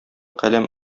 каләм